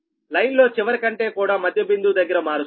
line లో చివర కంటే కూడా మధ్య బిందువు దగ్గర మారుస్తారు